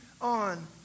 on